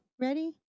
ready